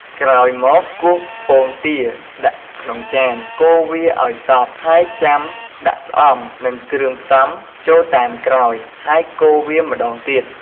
ក្រោយមក គោះពងទាដាក់ក្នុងចាន កូរវាឱ្យសព្វ ហើយចាំដាក់ស្អំ និងគ្រឿងផ្សំចូលតាមក្រោយហើយកូរវាម្ដងទៀត។